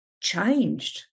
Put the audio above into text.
changed